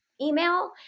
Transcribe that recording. email